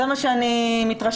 זה מה שאני מתרשמת.